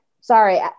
sorry